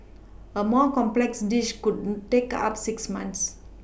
a more complex dish could take up six months